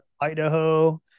Idaho